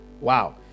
Wow